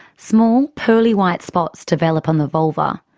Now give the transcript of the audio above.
small pearly white spots develop on the vulva.